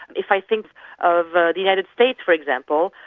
if i think of the united states for example,